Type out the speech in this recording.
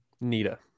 Nita